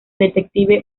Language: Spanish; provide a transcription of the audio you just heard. detective